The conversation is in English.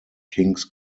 kings